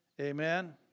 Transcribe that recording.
Amen